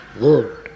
world